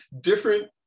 different